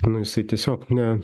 nu jisai tiesiog ne